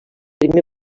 primer